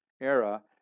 era